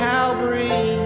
Calvary